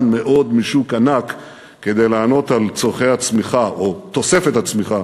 מאוד משוק ענק כדי לענות על תוספת הצמיחה